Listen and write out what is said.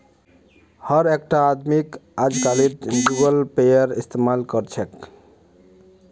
हर एकटा आदमीक अजकालित गूगल पेएर इस्तमाल कर छेक